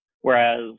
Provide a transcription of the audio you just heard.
Whereas